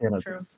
true